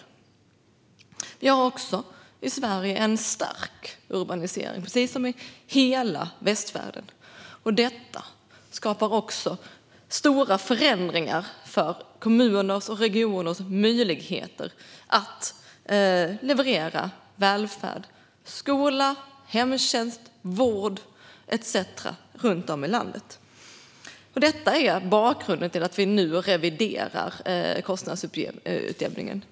Sverige har också en stark urbanisering, precis som hela västvärlden. Detta skapar stora förändringar för kommuners och regioners möjlighet att leverera välfärd - skola, hemtjänst, vård etcetera - runt om i landet. Detta är bakgrunden till att vi nu reviderar kostnadsutjämningen.